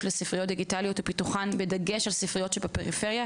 לספריות דיגיטליות ופיתוחן בדגש על ספריות שבפריפריה,